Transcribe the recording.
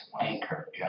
anchor